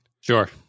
Sure